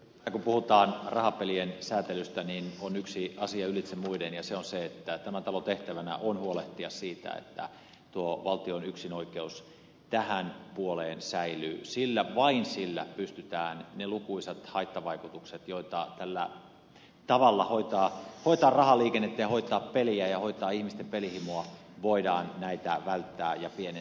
kun puhutaan rahapelien säätelystä on yksi asia ylitse muiden ja se on se että tämän talon tehtävänä on huolehtia siitä että tuo valtion yksinoikeus tähän puoleen säilyy sillä vain sillä voidaan välttää ja pienentää niitä lukuisia haittavaikutuksia tällä tavalla hoitaa rahaliikennettä ja hoitaa peliä ja hoitaa ihmisten pelihimo voidaan väittää välttää ja pelihimoa